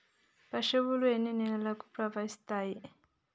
పశువులు ఎన్ని నెలలకు ప్రసవిస్తాయి?